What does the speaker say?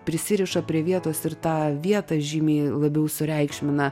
prisiriša prie vietos ir tą vietą žymiai labiau sureikšmina